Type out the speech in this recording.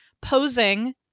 posing